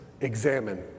examine